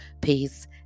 Peace